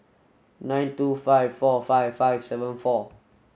nine two five four five five seven four